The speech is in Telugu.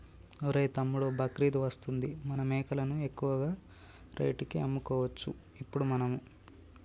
ఒరేయ్ తమ్ముడు బక్రీద్ వస్తుంది మన మేకలను ఎక్కువ రేటుకి అమ్ముకోవచ్చు ఇప్పుడు మనము